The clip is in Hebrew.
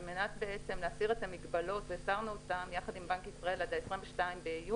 על מנת להסיר את המגבלות שהסרנו אותן יחד עם בנק ישראל עד ה-22 ביוני,